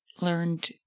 learned